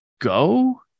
go